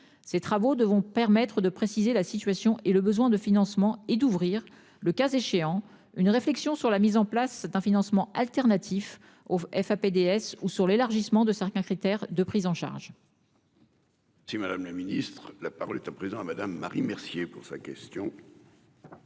Ces travaux de vont permettre de préciser la situation et le besoin de financement et d'ouvrir le cas échéant, une réflexion sur la mise en place d'un financement alternatif au FA PDS ou sur l'élargissement de certains critères de prise en charge. Si Madame la Ministre. La parole est à présent à madame Marie Mercier pour sa question.